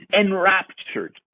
enraptured